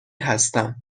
هستم